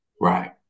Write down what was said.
right